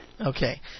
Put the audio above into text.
Okay